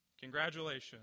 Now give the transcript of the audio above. Congratulations